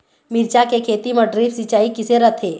मिरचा के खेती म ड्रिप सिचाई किसे रथे?